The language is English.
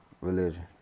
religion